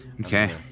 Okay